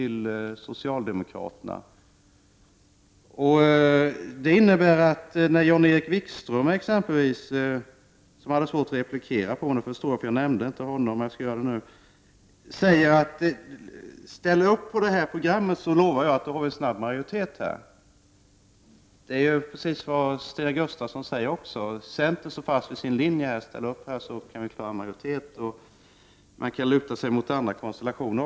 Exempelvis säger Jan-Erik Wikström, som jag för resten inte hann replikera på: Ställ upp på vårt program, så lovar jag att vi snart får majoritet här. Det är precis vad även Stina Gustavsson säger. Centern står fast vid sin linje. Ställ upp här så kan vi få majoritet, säger hon. Men vi kan luta oss mot även andra konstellationer.